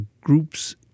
groups